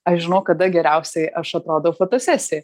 aš žinau kada geriausiai aš atrodau fotosesijoj